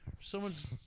Someone's